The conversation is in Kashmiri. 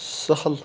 سَہل